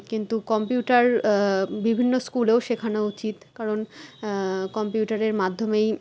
কিন্তু কম্পিউটার বিভিন্ন স্কুলেও শেখানো উচিত কারণ কম্পিউটারের মাধ্যমেই